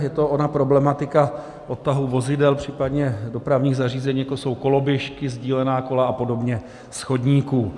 Je to ona problematika odtahu vozidel, případně dopravních zařízení, jako jsou koloběžky, sdílená kola a podobně, z chodníků.